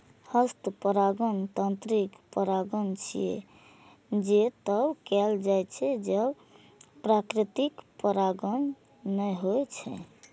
हस्त परागण यांत्रिक परागण छियै, जे तब कैल जाइ छै, जब प्राकृतिक परागण नै होइ छै